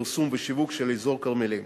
פרסום ושיווק של אזור כרמלים.